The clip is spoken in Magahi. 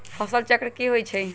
फसल चक्र की होई छै?